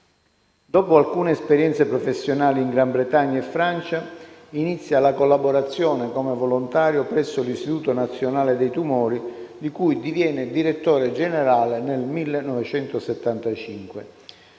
Dopo alcune esperienze professionali in Gran Bretagna e Francia, inizia la collaborazione come volontario presso l'Istituto nazionale dei tumori, di cui diviene direttore generale nel 1975.